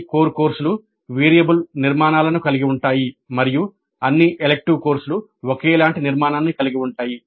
అన్ని కోర్ కోర్సులు వేరియబుల్ నిర్మాణాలను కలిగి ఉంటాయి మరియు అన్ని ఎలిక్టివ్ కోర్సులు ఒకేలాంటి నిర్మాణాన్ని కలిగి ఉంటాయి